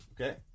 Okay